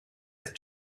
and